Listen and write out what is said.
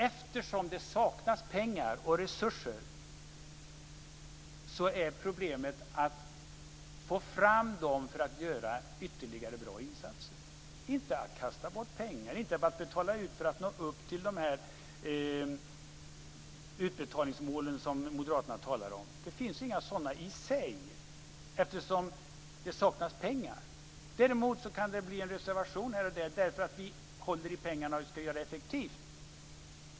Eftersom det saknas pengar och resurser är problemet att få fram dem för att göra ytterligare bra insatser, inte att kasta bort pengar, inte att betala ut för att nå upp till de utbetalningsmål som moderaterna talar om. Det finns inga sådana i sig eftersom det saknas pengar. Däremot kan det bli en reservation här och där därför att vi håller i pengarna och ska göra det effektivt.